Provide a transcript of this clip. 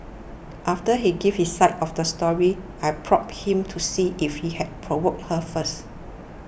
after he gave his side of the story I probed him to see if he had provoked her first